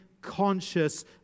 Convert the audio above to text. conscious